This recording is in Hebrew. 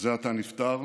שזה עתה נפטר,